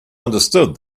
understood